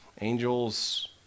Angels